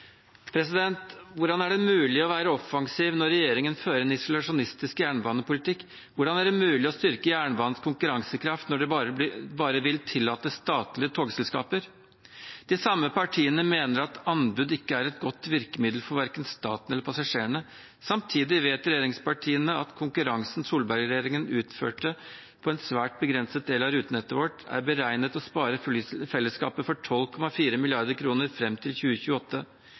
Hvordan er det mulig å være offensiv når regjeringen fører en isolasjonistisk jernbanepolitikk? Hvordan er det mulig å styrke jernbanens konkurransekraft når de bare vil tillate statlige togselskaper? De samme partiene mener at anbud ikke er et godt virkemiddel verken for staten eller passasjerene. Samtidig vet regjeringspartiene at konkurransen Solberg-regjeringen utførte, på en svært begrenset del av rutenettet vårt, er beregnet til å spare fellesskapet for 12,4 mrd. kr fram til 2028.